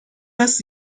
است